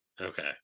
Okay